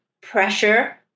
pressure